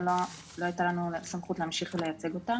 לא הייתה לנו סמכות להמשיך לייצג אותה.